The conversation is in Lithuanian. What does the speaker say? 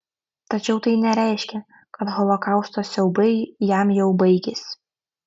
tačiau tai nereiškė kad holokausto siaubai jam jau baigėsi